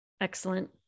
Excellent